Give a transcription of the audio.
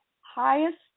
highest